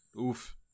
Oof